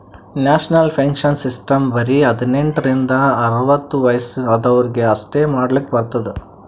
national pension system ಬರೆ ಹದಿನೆಂಟ ರಿಂದ ಅರ್ವತ್ ವಯಸ್ಸ ಆದ್ವರಿಗ್ ಅಷ್ಟೇ ಮಾಡ್ಲಕ್ ಬರ್ತುದ್